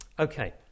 Okay